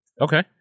Okay